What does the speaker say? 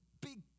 big